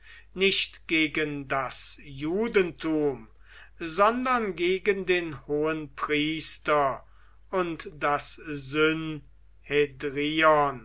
nicht gegen das judentum sondern gegen den hohenpriester und das